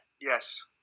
Yes